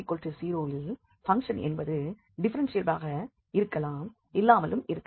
z0 இல் function என்பது டிஃப்ஃபெரென்ஷியபிளாக இருக்கலாம் இல்லாமலும் இருக்கலாம்